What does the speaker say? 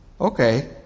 Okay